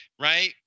right